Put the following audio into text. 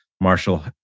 Marshall